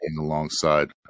alongside